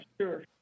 sure